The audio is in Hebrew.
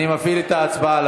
אני מפעיל את ההצבעה.